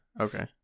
Okay